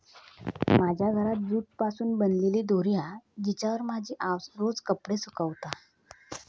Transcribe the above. माझ्या घरात जूट पासून बनलेली दोरी हा जिच्यावर माझी आउस रोज कपडे सुकवता